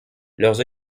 leurs